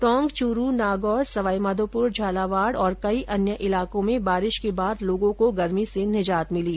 टोंक चूरू नागौर सवाईमाधोपुर झालावाड और कई अन्य इलाकों में बारिश के बाद लोगों को गर्मी से निजात मिली